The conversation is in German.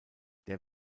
der